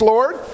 Lord